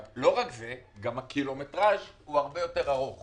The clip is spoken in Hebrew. גם הקילומטראז' הוא יותר ארוך